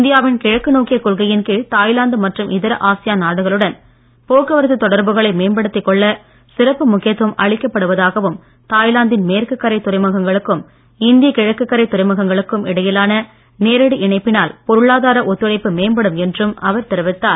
இந்தியாவின் கிழக்கு நோக்கிய கொள்கையின் கீழ் தாய்லாந்து மற்றும் இதர ஆசியான் நாடுகளுடன் போக்குவரத்து தொடர்புகளை மேம்படுத்திக் கொள்ள சிறப்பு முக்கியத்துவம் அளிக்கப்படுவதாகவும் தாய்லாந்தின் மேற்கு கரை துறைமுகங்களுக்கும் இந்திய கிழக்கு கரை துறைமுகங்களுக்கும் இடையிலான நேரடி இணைப்பினால் பொருளாதார ஒத்துழைப்பு மேம்படும் என்றும் அவர் தெரிவித்தார்